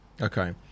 Okay